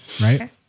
right